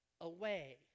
away